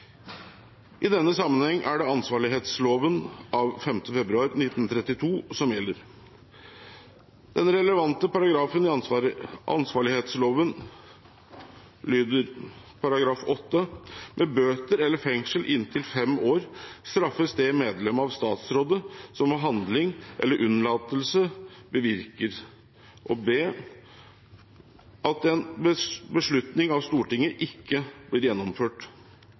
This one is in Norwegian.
I denne sammenheng er det ansvarlighetsloven av 5. februar 1932 som gjelder. Den relevante paragrafen i ansvarlighetsloven, § 8, lyder: «Med bøter eller fengsel inntil 5 år straffes det medlem av Statsrådet som ved handling eller undlatelse bevirker b. at en beslutning av Stortinget ikke blir